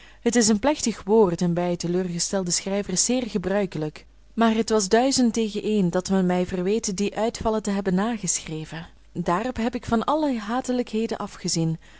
het is een plechtig woord en bij teleurgestelde schrijvers zeer gebruikelijk maar het was duizend tegen een dat men mij verweet die uitvallen te hebben nageschreven daarop heb ik van alle hatelijkheden afgezien